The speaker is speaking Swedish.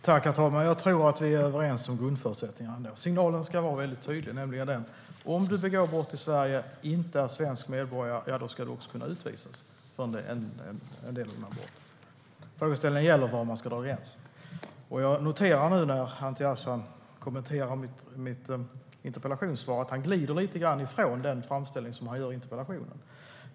Herr talman! Jag tror att Anti Avsan och jag är överens om grundförutsättningarna. Signalen ska vara väldigt tydlig: Om du begår brott i Sverige och inte är svensk medborgare ska du också kunna utvisas. Frågeställningen gäller var man ska dra gränsen. När Anti Avsan nu kommenterar mitt interpellationssvar noterar jag att han lite grann glider ifrån den framställning han gjorde i interpellationen.